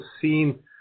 seen